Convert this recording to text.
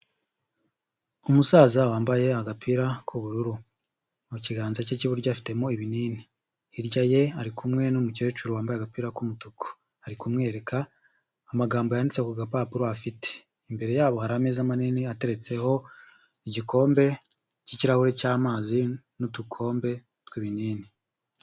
Umusaza wambaye agapira k'ubururu, mu kiganza cye cy'iburyo afitemo ibinini, hirya ye ari kumwe n'umukecuru wambaye agapira k'umutuku, ari kumwereka amagambo yanditse ku gapapuro afite, imbere yabo hari ameza manini ateretseho igikombe cy'ikirahure cy'amazi n'udukombe tw'ibinini.